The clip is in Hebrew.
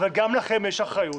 אבל גם לכם יש אחריות.